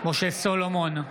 משה סולומון,